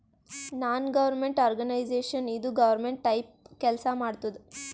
ನಾನ್ government organisation ಇದು government type ಕೆಲ್ಸಾ ಮಾಡತ್ತುದ್